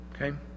Okay